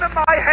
i.